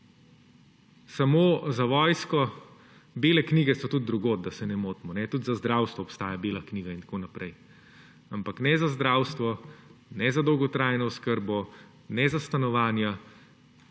Samo za vojsko. Bele knjige so tudi drugod, da se ne motimo. Tudi za zdravstvo obstaja Bela knjiga. Ampak ne za zdravstvo, ne za dolgotrajno oskrbo, ne za stanovanja